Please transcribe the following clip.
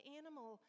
animal